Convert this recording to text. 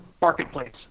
marketplace